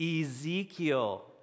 Ezekiel